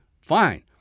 fine